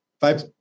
five